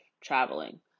traveling